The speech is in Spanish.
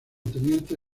teniente